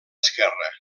esquerra